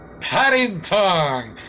Paddington